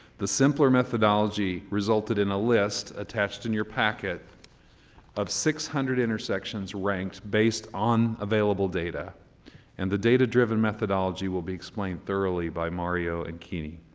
the simpler methodology resulted in a list attached in your packet of six hundred interactions ranked based on available data and the data driven methodology will be explained thoroughly by yeah ah and kini.